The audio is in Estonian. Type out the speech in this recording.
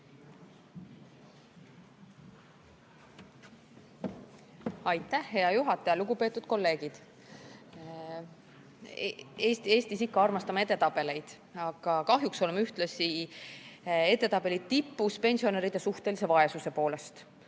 Aitäh, hea juhataja! Lugupeetud kolleegid! Me Eestis ikka armastame edetabeleid, aga kahjuks oleme ühtlasi edetabeli tipus pensionäride suhtelise vaesuse poolest.